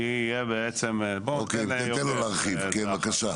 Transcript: תן לו להרחיב בבקשה,